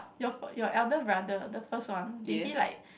your your elder brother the first one did he like